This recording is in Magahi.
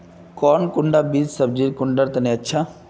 कौन कुंडा बीस सब्जिर कुंडा तने अच्छा?